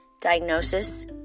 diagnosis